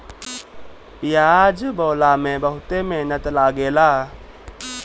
पियाज बोअला में बहुते मेहनत लागेला